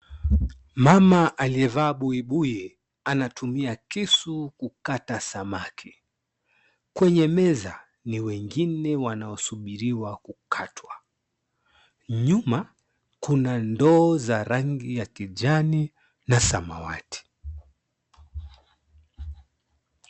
Mama aliyevaa buibui anatumia kisu kukata samaki. Kwenye meza nyingine wanasubiriwa kukatwa. Nyuma kuna ndoo za rangi ya kijani na samawati.